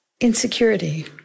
Insecurity